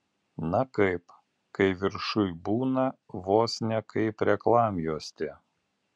na kaip kai viršuj būna vos ne kaip reklamjuostė